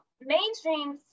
mainstream